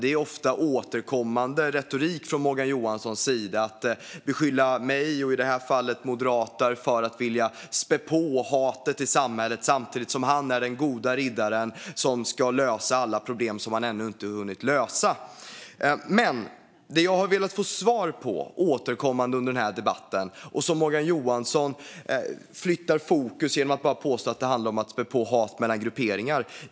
Det är en ofta återkommande retorik från Morgan Johanssons sida att beskylla mig och i det här fallet också moderater för att vilja spä på hatet i samhället samtidigt som han är den goda riddaren som ska lösa alla problem som han ännu inte har hunnit lösa. Det som jag återkommande har velat få svar på i den här debatten har Morgan Johansson flyttat fokus från genom att påstå att det handlar om att spä på hat mellan grupperingar.